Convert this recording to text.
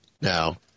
Now